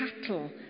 cattle